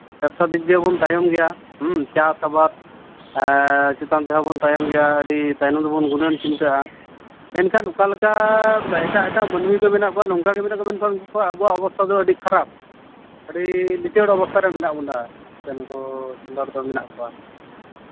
ᱵᱮᱵᱽᱥᱟ ᱫᱤᱠ ᱫᱤᱭᱮ ᱵᱚᱱ ᱛᱟᱭᱚᱢ ᱪᱟᱥ ᱟᱵᱟᱫ ᱪᱮᱛᱟᱱ ᱛᱮᱦᱚᱸ ᱵᱚᱱ ᱛᱟᱭᱚᱢ ᱜᱮᱭᱟ ᱟᱹᱰᱤ ᱛᱟᱭᱱᱚᱢ ᱨᱮᱵᱚᱱ ᱜᱩᱱᱟᱹᱱ ᱪᱤᱱᱛᱟᱹᱜᱼᱟ ᱢᱮᱱᱠᱷᱟᱱ ᱚᱠᱟ ᱞᱮᱠᱟ ᱮᱴᱟᱜ ᱮᱴᱟᱜ ᱢᱟᱹᱱᱢᱤ ᱠᱚ ᱢᱮᱱᱟᱜ ᱠᱚᱣᱟ ᱱᱚᱝᱠᱟ ᱜᱮ ᱢᱮᱱᱟᱜ ᱠᱚᱣᱟ ᱢᱮᱱᱠᱷᱟᱱ ᱩᱱᱠᱩ ᱠᱚᱣᱟᱜ ᱟᱵᱚ ᱠᱚᱣᱟᱜ ᱚᱵᱚᱥᱛᱟ ᱫᱚ ᱟᱹᱰᱤ ᱠᱷᱟᱨᱟᱯ ᱟᱹᱰᱤ ᱞᱤᱪᱟᱹᱲ ᱚᱵᱚᱥᱛᱟ ᱨᱮ ᱢᱮᱱᱟᱜ ᱵᱚᱱᱟ ᱥᱮ ᱥᱟᱱᱛᱟᱲ ᱠᱚ ᱢᱮᱱᱟᱜ ᱠᱚᱣᱟ